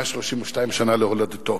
132 שנים להולדתו.